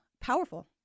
powerful